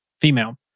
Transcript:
female